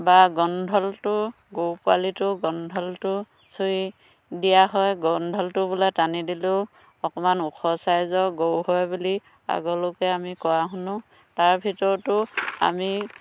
বা গলধনটো গৰু পোৱালিটোৰ গলধনটো চুই দিয়া হয় গনধলটো বোলে টানি দিলেও অকমান ওখ চাইজৰ গৰু হয় বুলি আগৰ লোকে আমি কোৱা শুনো তাৰ ভিতৰতো আমি